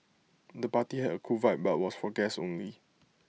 the party had A cool vibe but was for guests only